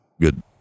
good